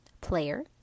Player